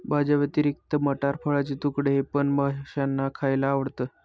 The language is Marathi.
भाज्यांव्यतिरिक्त मटार, फळाचे तुकडे हे पण माशांना खायला आवडतं